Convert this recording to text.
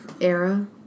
era